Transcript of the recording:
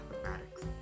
mathematics